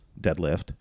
deadlift